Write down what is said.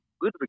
good